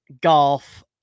golf